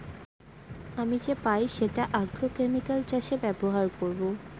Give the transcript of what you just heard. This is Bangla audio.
আমি যে পাই সেটা আগ্রোকেমিকাল চাষে ব্যবহার করবো